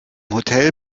hotel